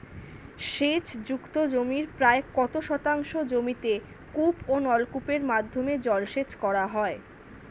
সেচ যুক্ত জমির প্রায় কত শতাংশ জমিতে কূপ ও নলকূপের মাধ্যমে জলসেচ করা হয়?